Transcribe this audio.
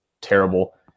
terrible